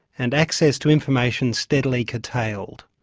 and access to information steadily curtailed.